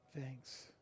Thanks